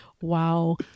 Wow